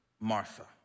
Martha